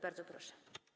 Bardzo proszę.